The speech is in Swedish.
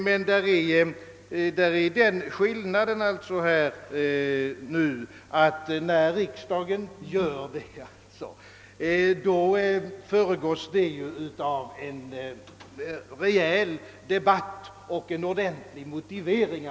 Men skillnaden är den, att när riksdagen gör detta, föregås beslutet av en rejäl debatt och en ordentlig motivering.